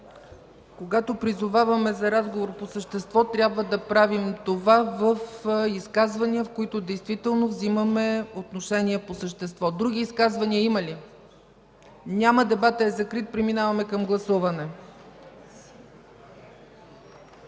Когато призоваваме за разговор по същество, трябва да правим това в изказвания, в които действително взимаме отношение по същество. Има ли други изказвания? Няма. Дебатът е закрит, преминаваме към гласуване.